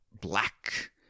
black